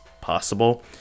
possible